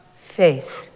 faith